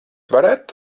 varētu